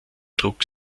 druck